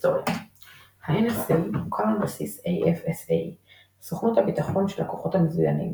היסטוריה ה-NSA הוקם על בסיס AFSA – סוכנות הביטחון של הכוחות המזוינים,